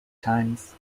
times